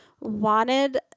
wanted